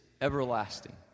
everlasting